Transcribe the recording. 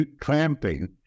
tramping